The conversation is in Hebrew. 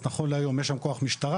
אז נכון להיום יש שם כוח משטרה.